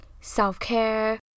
self-care